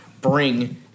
bring